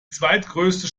zweitgrößte